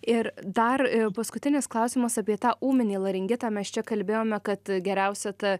ir dar paskutinis klausimas apie tą ūminį laringitą mes čia kalbėjome kad geriausia ta